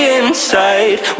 inside